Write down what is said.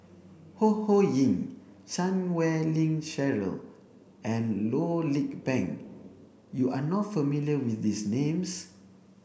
Ho Ho Ying Chan Wei Ling Cheryl and Loh Lik Peng you are not familiar with these names